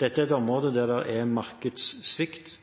Dette er et område der det er markedssvikt,